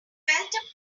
felt